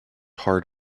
heart